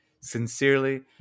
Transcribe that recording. sincerely